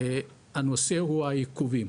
הנושא הוא העיכובים.